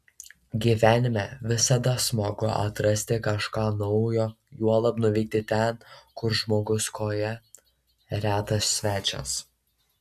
gyvenime visada smagu atrasti kažką naujo juolab nuvykti ten kur žmogus koja retas svečias